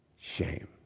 shame